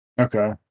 okay